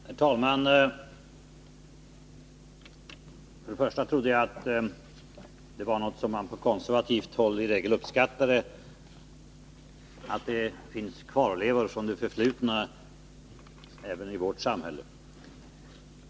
Herr talman! Jag trodde att det var något som man på konservativt håll i regel uppskattade, att det finns kvarlevor från det förflutna även i vårt samhälle.